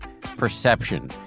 perception